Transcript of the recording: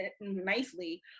nicely